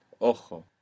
Ojo